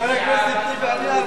חבר הכנסת טיבי,